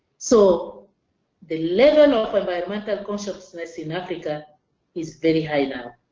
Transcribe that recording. so the level of environmental consciousness in africa is very high now.